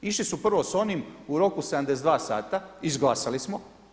Išli su prvo sa onim u roku od 72 sata, izglasali smo.